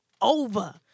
over